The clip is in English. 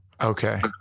Okay